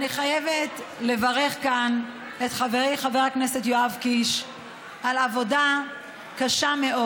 אני חייבת לברך כאן את חברי חבר הכנסת יואב קיש על עבודה קשה מאוד.